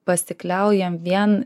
pasikliaujam vien